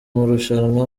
marushanwa